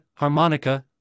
harmonica